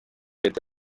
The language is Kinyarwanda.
leta